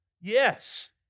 Yes